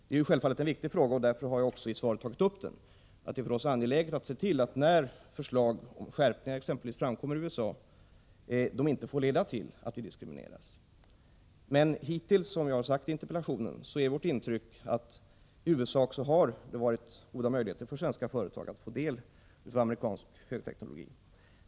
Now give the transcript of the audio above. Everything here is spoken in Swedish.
Det är självfallet en viktig fråga, och därför har jag tagit upp den i svaret. Det är för oss angeläget att se till att förslag som framkommer i USA om exempelvis skärpningar inte får leda till att vi diskrimineras. Vårt intryck är hittills, som jag har sagt i interpellationen, att det i USA har varit goda möjligheter för svenska företag att få del av amerikansk högteknologi.